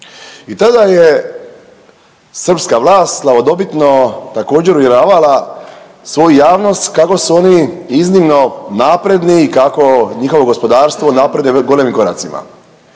I tada je srpska vlast slavodobitno također uvjeravala svoju javnost kako su oni iznimno napredni i kako njihovo gospodarstvo napreduje golemim koracima.